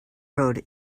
road